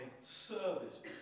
service